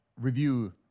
review